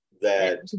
That-